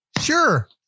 Sure